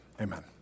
Amen